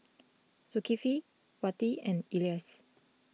Zulkifli Wati and Elyas